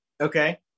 Okay